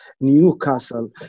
Newcastle